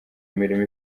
imirimo